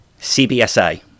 cbsa